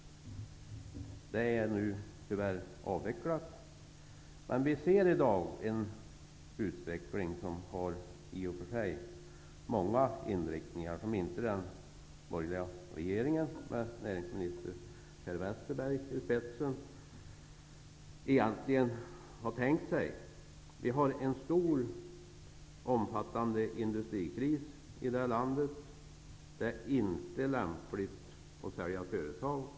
Det är nu tyvärr avvecklat. Vi ser i dag en utveckling, som i och för sig har många inriktningar och som den borgerliga regeringen med näringsminister Per Westerberg i spetsen egentligen inte har tänkt sig. Vi har i det här landet en stor, omfattande industrikris, och det är nu inte lämpligt att sälja företag.